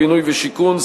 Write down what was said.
בינוי ושיכון,